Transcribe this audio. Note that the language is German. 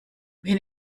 wen